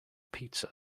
pizza